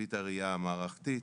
מזווית הראייה המערכתית,